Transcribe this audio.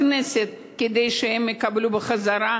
בכנסת כדי שהם יקבלו בחזרה,